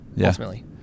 ultimately